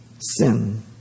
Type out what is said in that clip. sin